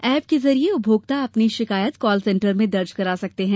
app के जरिए उपभोक्ता अपनी शिकायत कॉल सेन्टर में दर्ज करा सकते हैं